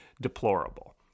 deplorable